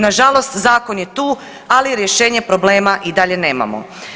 Nažalost zakon je tu, ali rješenje problema i dalje nemamo.